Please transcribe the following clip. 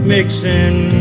Mixing